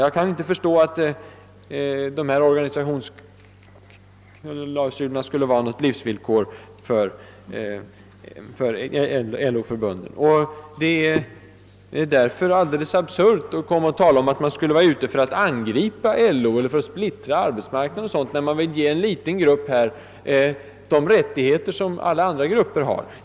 Jag kan inte förstå att dessa organisationsklausuler skulle vara något livsvillkor för LO-förbunden. Det är därför alldeles absurt att påstå, att det skulle vara att angripa LO, eller att splittra arbetsmarknaden, när man vill ge en liten grupp de rättigheter som alla andra grupper har. Herr talman!